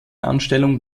anstellung